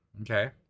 Okay